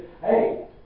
Hey